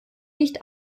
nicht